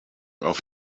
auf